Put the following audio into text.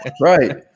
Right